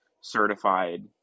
certified